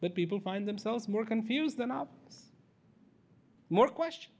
but people find themselves more confused than are us more questions